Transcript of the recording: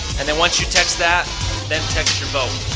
and then once you text that then text your vote.